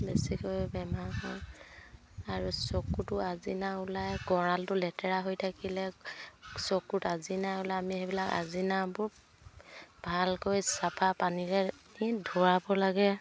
বেছিকৈ বেমাৰ হয় আৰু চকুটো আজিনা ওলাই গঁৰালটো লেতেৰা হৈ থাকিলে চকুত আজিনা ওলাই আমি সেইবিলাক আজিনাবোৰ ভালকৈ চাফা পানীৰে ধুৱাব লাগে